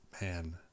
man